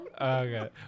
okay